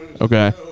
Okay